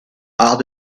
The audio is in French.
arts